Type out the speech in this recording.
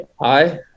hi